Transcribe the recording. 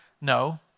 No